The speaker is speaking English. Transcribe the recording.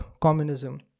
communism